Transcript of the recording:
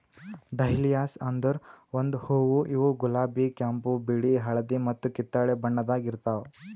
dahlias ಅಂದುರ್ ಒಂದು ಹೂವು ಇವು ಗುಲಾಬಿ, ಕೆಂಪು, ಬಿಳಿ, ಹಳದಿ ಮತ್ತ ಕಿತ್ತಳೆ ಬಣ್ಣದಾಗ್ ಇರ್ತಾವ್